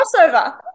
crossover